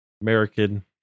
American